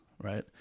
right